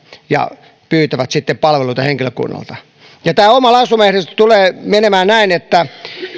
ja pyytävät sitten palveluita henkilökunnalta oma lausumaehdotukseni tulee menemään näin